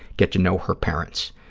get to know her parents.